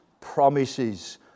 promises